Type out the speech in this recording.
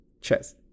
Cheers